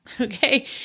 okay